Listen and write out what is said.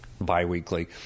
biweekly